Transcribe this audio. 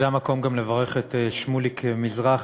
זה המקום גם לברך את שמוליק מזרחי,